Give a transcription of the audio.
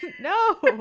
No